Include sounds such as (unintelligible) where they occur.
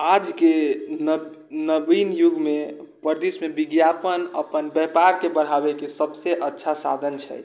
आजके नव नवीन युगमे (unintelligible) मे विज्ञापन अपन व्यापारके बढ़ाबै के सबसँ अच्छा साधन छै